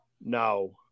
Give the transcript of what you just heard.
No